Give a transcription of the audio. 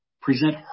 present